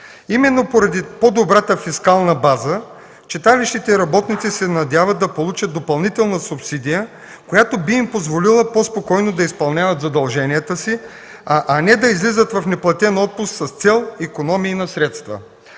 Именно поради по-добрата фискална база читалищните работници се надяват да получат допълнителна субсидия, която би им позволила по-спокойно да изпълняват задълженията си, а не да излизат в неплатен отпуск с цел икономии на средства.